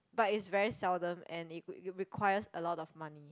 but is very seldom and it it requires a lot of money